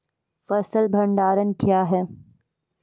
फसल भंडारण क्या हैं?